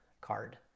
card